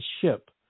ship